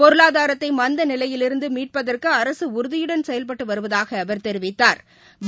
பொருளாதாரத்தைமந்தநிலையிலிருந்தமீட்பதற்குஅரசுஉறுதியுடன் செயல்பட்டுவருவதாகஅவர் தெரிவித்தாள்